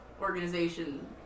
organization